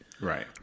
right